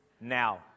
now